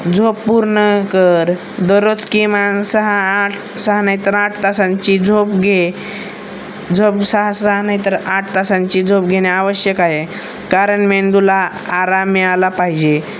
झोप पूर्ण कर दरोज किमान सहा आठ सहा नाहीतर आठ तासांची झोप घे झोप सहा सहा नाहीतर आठ तासांची झोप घेणे आवश्यक आहे कारण मेंदुला आराम मिळाला पाहिजे